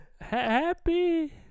Happy